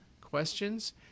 questions